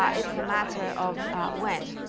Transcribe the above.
ah it's a matter of when.